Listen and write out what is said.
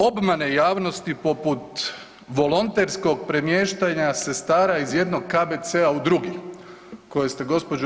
Obmane javnosti poput volonterskog premještanja sestara iz jednog KBC-a u drugi koje ste gđo.